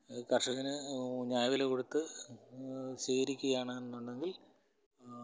കർഷകന് ന്യായവില കൊടുത്ത് സ്വീകരിക്കുകയാണ് എന്നുണ്ടെങ്കിൽ